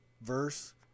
verse